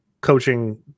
coaching